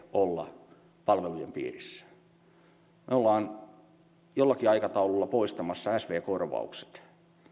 olla palvelujen piirissä asiakasmaksujen olematta este me olemme jollakin aikataululla poistamassa sv korvaukset